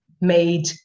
made